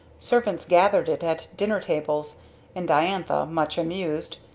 servants gathered it at dinner-tables and diantha, much amused,